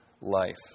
life